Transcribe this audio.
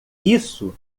isso